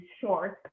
short